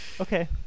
Okay